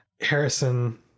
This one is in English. Harrison